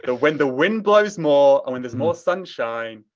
ah when the wind blows more and when there's more sunshine,